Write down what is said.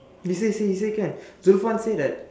they say see he say can Zulfan say that